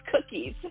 cookies